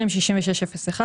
206601,